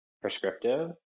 prescriptive